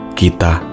kita